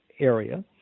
area